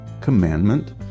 commandment